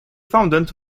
funded